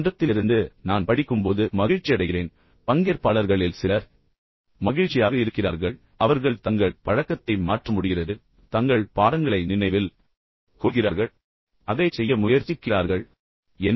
எனவே மன்றத்திலிருந்து நான் படிக்கும்போது மகிழ்ச்சியடைகிறேன் பங்கேற்பாளர்களில் சிலர் அவர்கள் மகிழ்ச்சியாக இருக்கிறார்கள் அவர்கள் தங்கள் பழக்கத்தை மாற்ற முடிகிறது அவர்கள் தங்கள் பாடங்களை நினைவில் கொள்கிறார்கள் என்று அவர்கள் என்னிடம் கூறுகிறார்கள் அவர்கள் அதைச் செய்ய முயற்சிக்கிறார்கள் ஆனால் வேறு சிலர் அதைச் சொல்கிறார்கள்